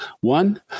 one